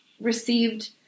received